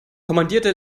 kommandierte